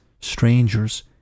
strangers